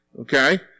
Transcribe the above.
okay